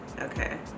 okay